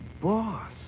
boss